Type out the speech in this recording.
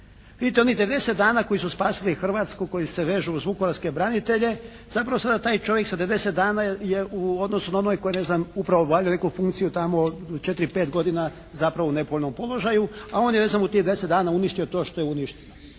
Vidite, onih 90 dana koji su spasili Hrvatsku, koji se vežu uz vukovarske branitelje zapravo sada taj čovjek sa 90 dana je u odnosu na onaj koji je ne znam upravo obavljao neku funkciju tamo četiri, pet godina zapravo u nepovoljnom položaju, a on je ne znam u tih 10 dana uništio to što je uništio